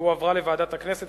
והועברה לוועדת הכנסת.